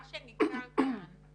מה שניכר כאן הוא